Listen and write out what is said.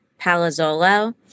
Palazzolo